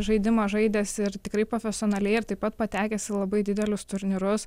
žaidimą žaidęs ir tikrai profesionaliai ir taip pat patekęs į labai didelius turnyrus